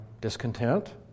discontent